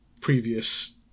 previous